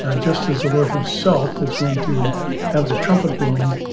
ah just as the lord himself is going to have the trumpet blown.